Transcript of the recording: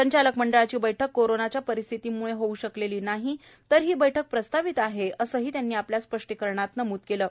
संचालक मंडळाची बैठक कोरोनाच्या परिस्थितीमुळे होऊ शकलेली नाही तर ही बैठक प्रस्तावित आहे असंही त्यांनी आपल्या स्पष्टीकरनात म्हटलं आहे